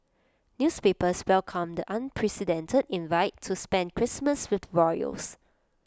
newspapers welcomed the unprecedented invite to spend Christmas with the royals